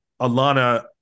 Alana